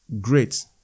great